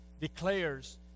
declares